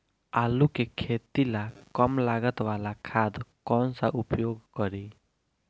आलू के खेती ला कम लागत वाला खाद कौन सा उपयोग करी?